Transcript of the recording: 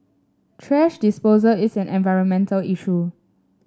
thrash disposal is an environmental issue